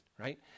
right